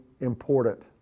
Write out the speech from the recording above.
important